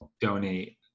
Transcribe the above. donate